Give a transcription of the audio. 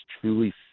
truly